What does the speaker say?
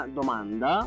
domanda